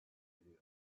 eriyor